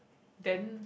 then